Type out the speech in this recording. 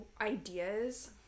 ideas